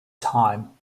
time